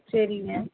சரிங்க